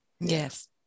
Yes